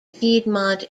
piedmont